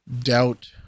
doubt